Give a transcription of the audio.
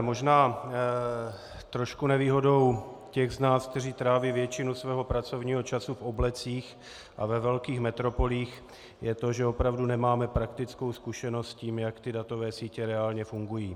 Možná trošku nevýhodou těch z nás, kteří tráví většinu svého pracovního času v oblecích a ve velkých metropolích, je to, že opravdu nemáme praktickou zkušenost s tím, jak ty datové sítě reálně fungují.